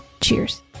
Cheers